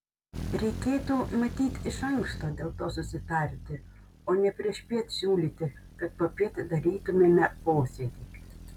reikėtų matyt iš anksto dėl to susitarti o ne priešpiet siūlyti kad popiet darytumėme posėdį